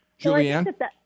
Julianne